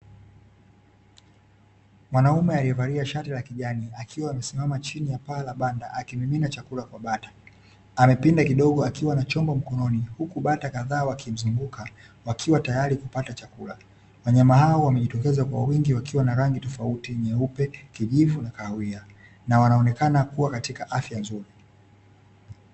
Mwanaume aliyevalia shati la kijani akiwa amesimama chini ya paa la banda, akimimina chakula kwa bata, amepinda kidogo akiwa na chombo mkononi, huku bata kadhaa wakimzunguka, wakiwa tayari kupata chakula, wanyama hao wamejitokeza kwa wingi wakiwa na rangi tofauti nyeupe, kijivu na kahawia na wanaonekana kuwa katika afya nzuri.